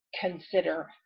consider